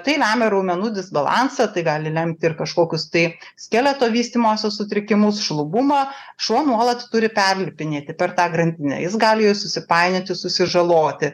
tai lemia raumenų disbalansą tai gali lemti ir kažkokius tai skeleto vystymosi sutrikimus šlubumą šuo nuolat turi perilpinėti per tą grandinę jis gali joje susipainioti susižaloti